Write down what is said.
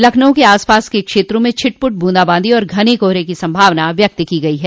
लखनऊ के आसपास के क्षेत्रों में छिटपुट ब्रंदाबांदी और घने कोहरे की संभावना व्यक्त की गई है